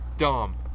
dumb